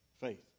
faith